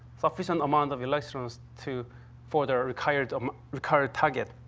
sufficient amount of electrons to for the required um required target.